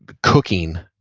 but cooking.